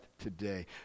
today